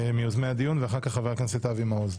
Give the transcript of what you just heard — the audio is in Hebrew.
מיוזמי הדיון, ואחר כך חבר הכנסת אבי מעוז.